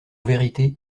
vérité